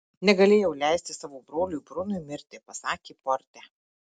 negalėjau leisti savo broliui brunui mirti pasakė porte